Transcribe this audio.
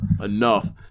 Enough